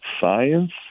science